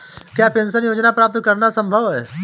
क्या पेंशन योजना प्राप्त करना संभव है?